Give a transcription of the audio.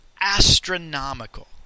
astronomical